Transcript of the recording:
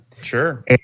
Sure